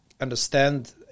understand